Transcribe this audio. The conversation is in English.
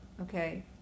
okay